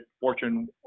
Fortune